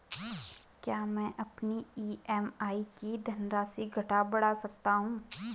क्या मैं अपनी ई.एम.आई की धनराशि घटा बढ़ा सकता हूँ?